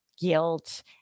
guilt